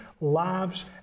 lives